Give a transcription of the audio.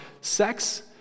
sex